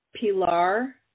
Pilar